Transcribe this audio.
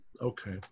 Okay